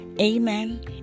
Amen